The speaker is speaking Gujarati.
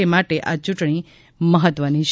એ માટે આ ચૂંટણી મહત્વની છે